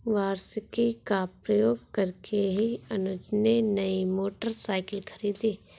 वार्षिकी का प्रयोग करके ही अनुज ने नई मोटरसाइकिल खरीदी